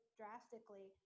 drastically